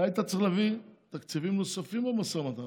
אתה היית צריך להביא תקציבים נוספים במשא ומתן.